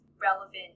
relevant